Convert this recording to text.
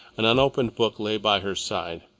an unopened book lay by her side.